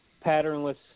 patternless